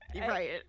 right